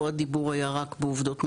פה הדיבור היה רק בעובדות מבוססות.